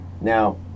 now